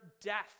death